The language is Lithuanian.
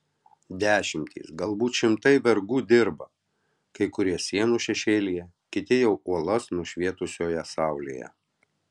dešimtys galbūt šimtai vergų dirba kai kurie sienų šešėlyje kiti jau uolas nušvietusioje saulėje